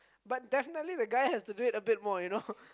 but definitely the guy has to do it a bit more you know